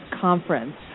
Conference